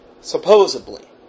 Supposedly